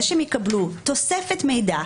זה שהם יקבלו תוספת מידע,